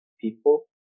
people